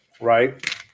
right